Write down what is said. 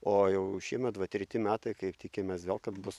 o jau šiemet va treti metai kaip tikimės gal kad bus